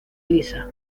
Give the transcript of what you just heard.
lisa